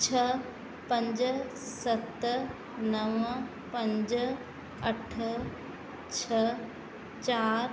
छह पंज सत नव पंज अठ छह चारि